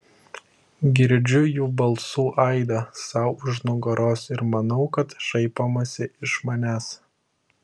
girdžiu jų balsų aidą sau už nugaros ir manau kad šaipomasi iš manęs